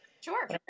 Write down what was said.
Sure